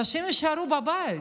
אנשים יישארו בבית,